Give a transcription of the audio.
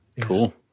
Cool